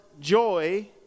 joy